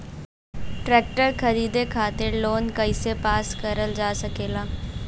Tractor खरीदे खातीर loan कइसे पास करल जा सकेला?